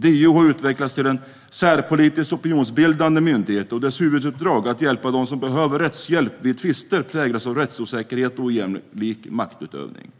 DO har utvecklats till att bli en särpolitisk opinionsbildande myndighet och dess huvuduppdrag, att hjälpa de som behöver rättshjälp vid tvister, präglas av rättsosäkerhet och ojämlik maktutövning.